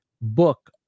book